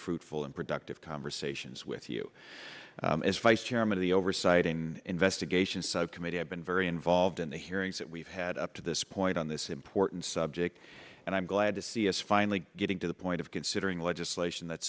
fruitful and productive conversations with you as vice chairman of the oversight in investigation subcommittee has been very involved in the hearings that we've had up to this point on this important subject and i'm glad to see it's finally getting to the point of considering legislation that